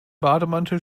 bademantel